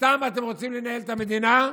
איתם אתם רוצים לנהל את המדינה.